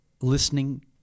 listening